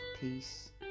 peace